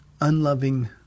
unloving